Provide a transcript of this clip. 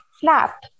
Snap